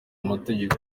amategeko